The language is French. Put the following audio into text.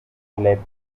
les